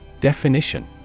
Definition